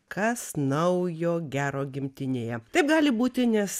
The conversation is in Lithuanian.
kas naujo gero gimtinėje taip gali būti nes